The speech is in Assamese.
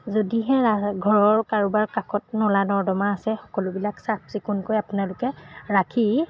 যদিহে ঘৰৰ কাৰোবাৰ কাষত নলা নৰ্দমা আছে সকলোবিলাক চাফচিকুণকৈ আপোনালোকে ৰাখি